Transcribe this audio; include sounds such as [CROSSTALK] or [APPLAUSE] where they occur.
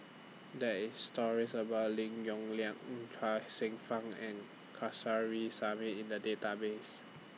There IS stories about Lim Yong Liang [HESITATION] Chuang Hsueh Fang and Kamsari Salam in The Database